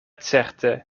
certe